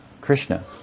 Krishna